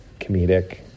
comedic